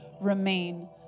remain